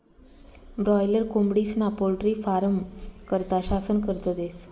boiler कोंबडीस्ना poultry फारमं करता शासन कर्ज देस